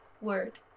Word